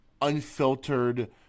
unfiltered